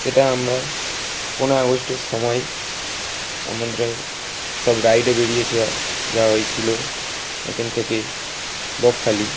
সেটা আমরা পনেরোই আগস্টের সময় আমাদের ওই সব রাইডে বেরিয়ে যাওয়া হয়েছিল এখান থেকে বকখালি